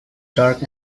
dark